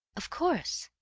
of course!